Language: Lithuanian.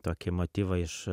tokį motyvą iš